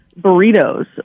burritos